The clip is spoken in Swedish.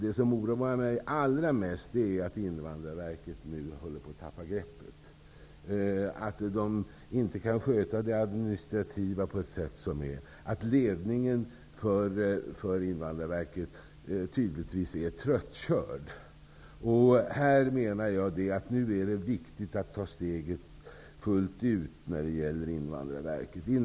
Det som oroar mig allra mest är att Invandrarverket nu håller på att tappa greppet. Verket kan inte sköta det administrativa på ett tillfredsställande sätt. Ledningen för Invandrarverket är tydligtvis tröttkörd. Nu är det viktigt att ta steget fullt ut när det gäller Invandrarverket.